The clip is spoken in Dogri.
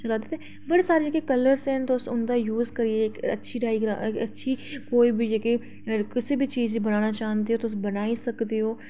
कन्नै चलांदे बड़े सारे कलर्स हैन तुस उं'दा यूज़ करियै तुस अच्छी तुस किश बी बनाना चाह्ंदे ओ